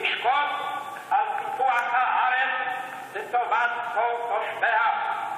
תשקוד על פיתוח הארץ לטובת כל תושביה,